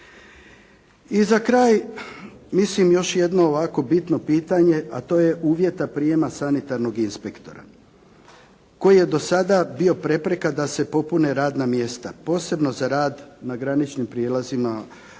I za kraj, mislim još jedno ovako bitno pitanje a to je uvjeta prijema sanitarnog inspektora koji je do sada bio prepreka da se popune radna mjesta posebno za rad na graničnim prijelazima govorio